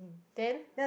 then